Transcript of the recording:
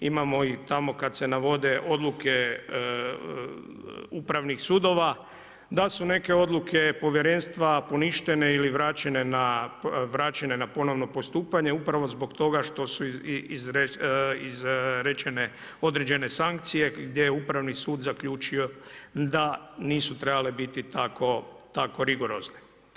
Imamo ih tamo kad se navode odluke upravnih sudova, da su neke odluke povjerenstva poništene ili vraćene na ponovno postupanje, upravo zbog toga što su izrečene određene sankcije, gdje upravni sud zaključio da nisu trebale biti tako rigorozne.